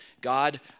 God